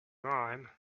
rhyme